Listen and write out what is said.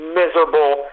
miserable